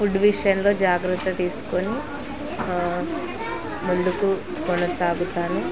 food విషయంలో జాగ్రత్త తీసుకొని ముందుకు కొనసాగుతాను